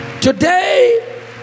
Today